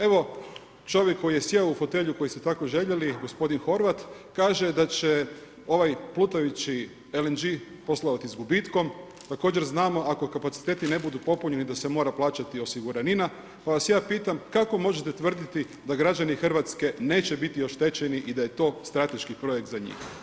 Evo čovjek koji je sjeo u fotelju koju se tako željeli, gospodin Horvat, kaže da će ovaj plutajući LNG poslovati sa gubitkom, također znamo ako kapaciteti ne budu popunjeni da se mora plaćati osiguranina, pa vas ja pitam, kako možete tvrditi da građani Hrvatske neće biti oštećeni i da je to strateški projekt za njih?